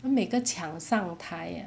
then 每个抢上台